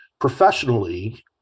professionally